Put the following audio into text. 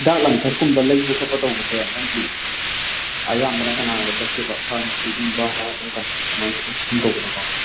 ꯍꯤꯗꯥꯛ ꯂꯥꯡꯊꯛꯀꯨꯝꯕ ꯂꯩꯕ ꯈꯣꯠꯄ ꯇꯧꯕꯁꯦ ꯅꯪꯒꯤ ꯑꯌꯥꯝꯕꯅ ꯀꯅꯥꯅ ꯆꯠꯀꯦꯕ ꯐꯥꯔꯃꯥꯁꯤꯒꯨꯝꯕ ꯈꯔ ꯑꯗꯨꯝ ꯑꯗꯨꯃꯥꯏꯅ ꯆꯠꯊꯣꯛ ꯆꯠꯁꯤꯟ ꯇꯧꯕꯗꯣꯀꯣ